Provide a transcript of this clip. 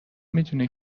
میدونی